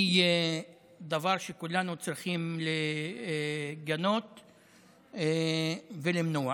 היא דבר שכולנו צריכים לגנות ולמנוע.